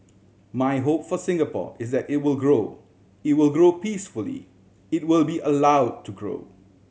my hope for Singapore is that it will grow it will grow peacefully it will be allow to grow